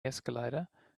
escalator